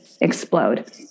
explode